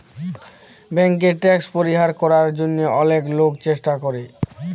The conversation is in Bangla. ব্যাংকে ট্যাক্স পরিহার করার জন্যহে অলেক লোকই চেষ্টা করে